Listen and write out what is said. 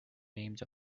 names